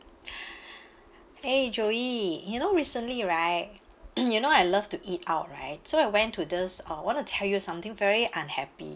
!hey! joey you know recently right you know I love to eat out right so I went to this uh want to tell you something very unhappy